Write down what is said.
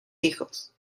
hijos